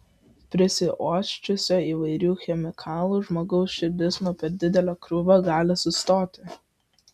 prisiuosčiusio įvairių chemikalų žmogaus širdis nuo per didelio krūvio gali sustoti